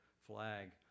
flag